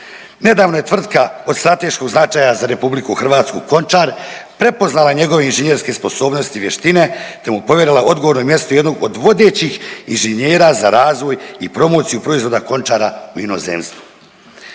Nedavno je tvrtka od strateškog značaja za RH Končar prepoznala njegove inženjerske sposobnosti i vještine te mu povjerila odgovorno mjesto jednog od vodećih inženjera za razvoj i promociju proizvoda Končara u inozemstvu.